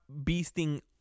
beasting